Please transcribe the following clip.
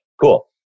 Cool